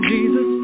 Jesus